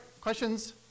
questions